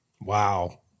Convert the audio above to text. Wow